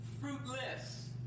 fruitless